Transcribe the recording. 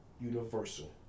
universal